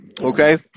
Okay